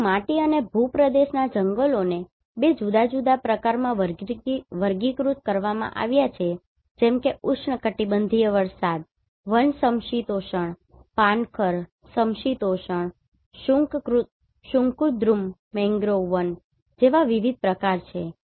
શું માટી અને ભૂપ્રદેશના જંગલોને બે જુદા જુદા પ્રકારોમાં વર્ગીકૃત કરવામાં આવ્યા છે જેમ કે ઉષ્ણકટીબંધીય વરસાદ વન સમશીતોષ્ણ પાનખર સમશીતોષ્ણ શંકુદ્રુમ મેંગ્રોવ વન જેવા વિવિધ પ્રકારો છે